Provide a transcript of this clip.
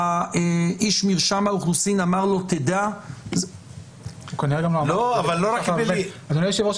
איש מרשם האוכלוסין אמר לו: תדע --- אדוני היושב-ראש,